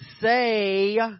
say